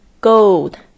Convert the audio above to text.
gold